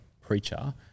preacher